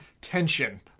tension